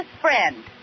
friend